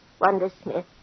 Wondersmith